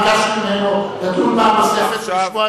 ביקשתי ממנו לדון פעם נוספת,